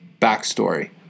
backstory